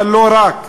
אבל לא רק,